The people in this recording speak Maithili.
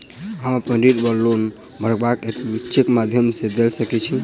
हम अप्पन ऋण वा लोन भरबाक हेतु चेकक माध्यम सँ दऽ सकै छी?